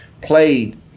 played